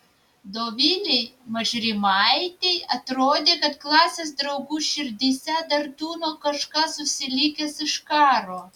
dovilei mažrimaitei atrodė kad klasės draugų širdyse dar tūno kažkas užsilikęs iš karo